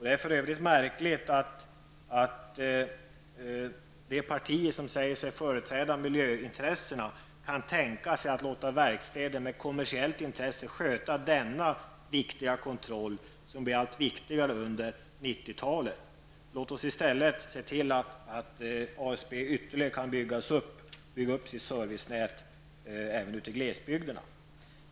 Det för övrigt märkligt att de tre partier som säger sig företräda miljöintressena kan tänka sig att låta verkstäder med kommersiellt intresse sköta denna kontroll, som blir allt viktigare under 1990-talet. Låt oss i stället tillsammans arbeta för att ASB ytterligare kan bygga ut sitt servicenät även i glesbygderna!